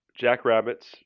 jackrabbits